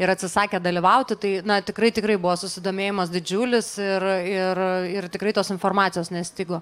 ir atsisakė dalyvauti tai na tikrai tikrai buvo susidomėjimas didžiulis ir ir ir tikrai tos informacijos nestigo